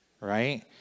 right